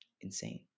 insane